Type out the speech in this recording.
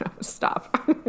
stop